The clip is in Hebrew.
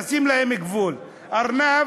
נשים להם גבול: ארנב,